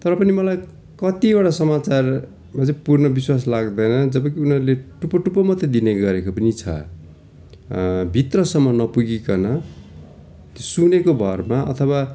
तर पनि मलाई कतिवटा समाचारमा चाहिँ पूर्ण विश्वास लाग्दैन जबकि उनीहरूले टुप्पो टुप्पो दिने मात्रै गरेको पनि छ भित्रसम्म नपुगिकन त्यो सुनेको भरमा अथवा